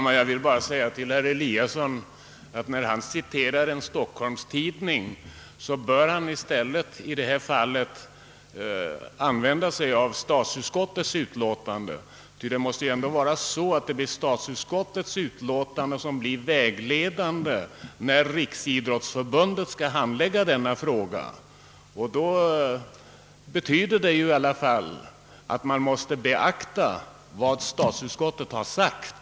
Herr talman! Herr Eliasson i Sundborn citerar en stockholmstidning, men i det här fallet bör han i stället ta fasta på statsutskottets utlåtande, ty det är ändå detta som blir vägledande när Riksidrottsförbundet skall handlägga denna fråga. Det betyder i alla fall att man måste beakta vad statsutskottet har sagt.